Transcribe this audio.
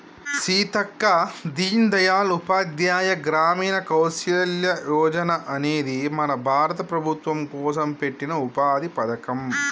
సీతక్క దీన్ దయాల్ ఉపాధ్యాయ గ్రామీణ కౌసల్య యోజన అనేది మన భారత ప్రభుత్వం కోసం పెట్టిన ఉపాధి పథకం